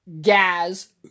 Gaz